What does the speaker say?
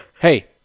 Hey